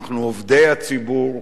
אנחנו עובדי הציבור.